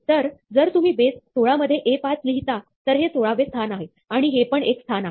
तर जर तुम्ही बेस 16 मध्ये "A5" लिहिता तर हे सोळावे स्थान आहे आणि हे पण एक स्थान आहे